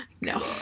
No